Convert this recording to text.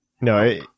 no